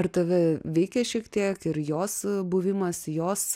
ar tave veikia šiek tiek ir jos buvimas jos